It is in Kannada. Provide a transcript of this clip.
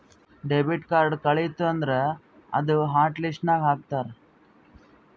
ಡೆಬಿಟ್ ಕಾರ್ಡ್ ಕಳಿತು ಅಂದುರ್ ಅದೂ ಹಾಟ್ ಲಿಸ್ಟ್ ನಾಗ್ ಹಾಕ್ತಾರ್